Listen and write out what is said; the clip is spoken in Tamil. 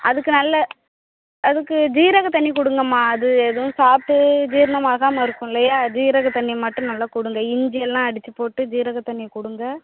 அதுக்கு நல்ல அதுக்கு சீரக தண்ணி கொடுங்கம்மா அது எதுவும் சாப்பிட்டு ஜீரணம் ஆகாமல் இருக்கும் இல்லையா சீரக தண்ணி மட்டும் நல்லா கொடுங்க இஞ்சி எல்லாம் அடித்து போட்டு சீரக தண்ணியை கொடுங்க